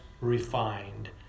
refined